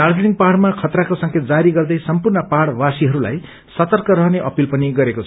दार्जीलिङ पहाइमा खतराको संक्रेत जारी गर्दै सम्पूर्ण पहाड़वासीहरूलाई सतर्क रहने अपिल पनि गरेको छ